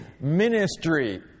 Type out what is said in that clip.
ministry